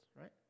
right